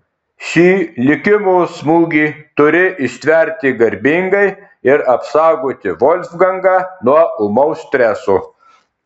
šį likimo smūgį turi ištverti garbingai ir apsaugoti volfgangą nuo ūmaus streso